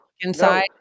inside